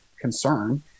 concern